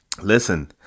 listen